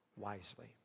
wisely